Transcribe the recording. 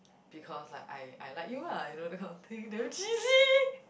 because like I I like you lah you know that kind of thing damn cheesy